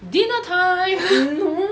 dinner time